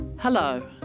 Hello